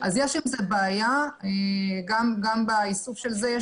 יש עם זה בעיה, גם באיסוף של זה.